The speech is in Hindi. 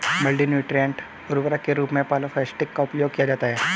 मल्टी न्यूट्रिएन्ट उर्वरक के रूप में पॉलिफॉस्फेट का उपयोग किया जाता है